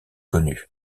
connus